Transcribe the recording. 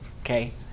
okay